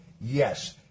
Yes